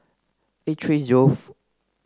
eight three zeroth